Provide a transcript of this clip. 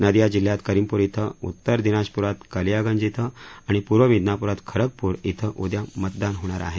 नदिया जिल्ह्यात करीमपूर धिं उत्तर दिनाजपूरात कालियागंज धिं आणि पूर्व मिदनापूरात खरगपूर धिं उद्या मतदान होणार आहे